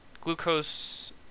glucose